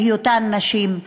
בהיותן נשים,